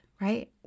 right